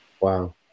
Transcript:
Wow